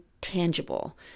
tangible